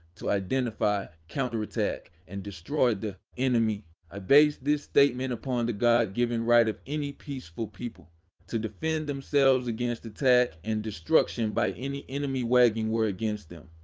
to identify, counterattack, and destroy the enemy. i base this statement upon the god given right of any peaceful people to defend themselves against attack and destruction by any enemy wagingwar against them.